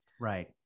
Right